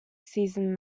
season